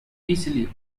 easily